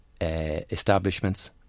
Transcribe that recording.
establishments